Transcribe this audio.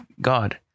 God